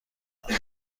تموم